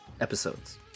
episodes